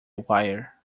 wire